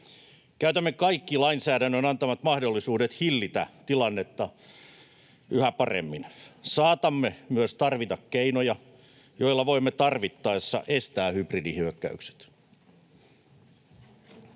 Käytämme kaikki lainsäädännön antamat mahdollisuudet hillitä tilannetta yhä paremmin. Saatamme myös tarvita keinoja, joilla voimme tarvittaessa estää hybridihyökkäykset.